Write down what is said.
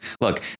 look